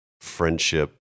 friendship